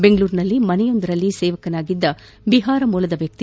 ಬೆಂಗಳೂರಿನಲ್ಲಿ ಮನೆಯೊಂದರಲ್ಲಿ ಸೇವಕನಾಗಿದ್ದ ಬಿಹಾರ ಮೂಲದ ವ್ಯಕ್ತಿ